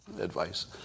advice